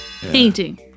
painting